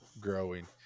growing